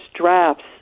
drafts